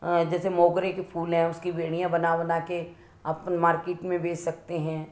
जैसे मोगरे के फूल हैं उसकी बेड़ियाँ बना बनाके अपन मार्किट में बेच सकते हैं